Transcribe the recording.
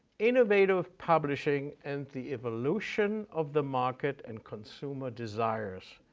innovative publishing, and the evolution of the market and consumer desires.